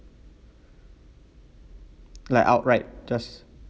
like outright just